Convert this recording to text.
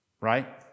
right